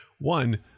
one